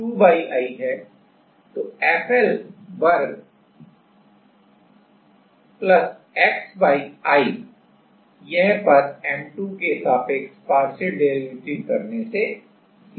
तो FL वर्ग x YI यह पद M2 के सापेक्ष partial derivative करने से 0 हो जाएगा